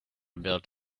built